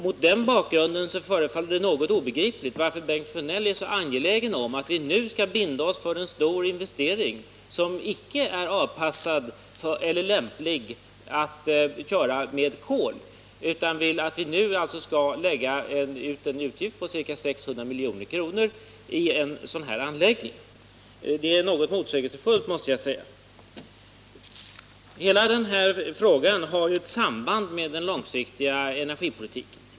Mot den bakgrunden förefaller det mig obegripligt varför Bengt Sjönell är så angelägen om att vi nu skall binda oss för en stor investering i en anläggning som icke är lämplig att köra med kol och vill att vi skall lägga ut ca 600 milj.kr. för en sådan anläggning. Det är motsägelsefullt, måste jag säga. Hela frågan har samband med den långsiktiga energipolitiken.